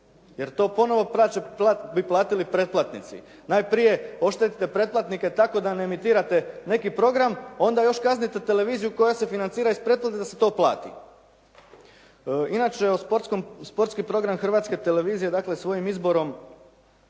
jer to ponovo bi platili pretplatnici. Najprije oštetite pretplatnike tako da ne emitirate neki program, onda još kaznite televiziju koja se financira iz pretplate da se to plati. Inače sportski program Hrvatske televizije dakle svojim izborom